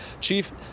Chief